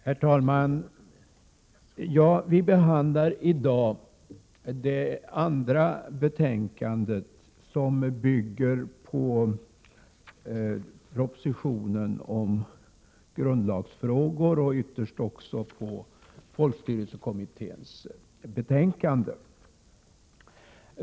Herr talman! Vi behandlar i dag det andra betänkande som bygger på propositionen om grundlagsfrågor och ytterst också på folkstyrelsekommitténs betänkande.